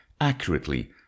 accurately